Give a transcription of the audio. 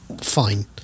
fine